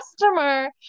customer